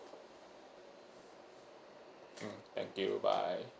mm thank you bye